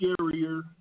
scarier